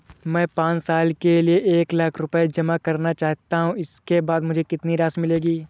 मैं पाँच साल के लिए एक लाख रूपए जमा करना चाहता हूँ इसके बाद मुझे कितनी राशि मिलेगी?